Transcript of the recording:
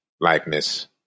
likeness